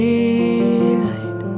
Daylight